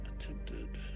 Attempted